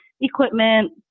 equipment